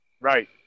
Right